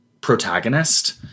protagonist